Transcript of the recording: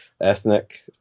ethnic